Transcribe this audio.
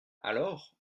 alors